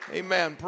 amen